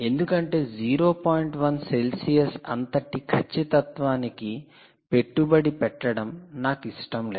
1 Celsius అంతటి ఖచ్చితత్వానికి పెట్టుబడి పెట్టడం నాకు ఇష్టం లేదు